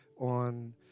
on